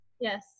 Yes